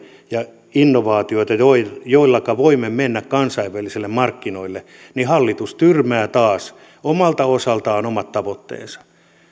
ja innovaatioita joilla me voimme mennä kansainvälisille markkinoille niin hallitus tyrmää taas omalta osaltaan omat tavoitteensa